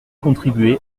contribuer